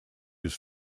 his